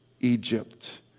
Egypt